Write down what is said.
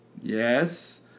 Yes